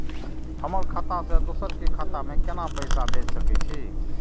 हमर खाता से दोसर के खाता में केना पैसा भेज सके छे?